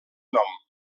nom